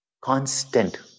constant